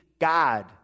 God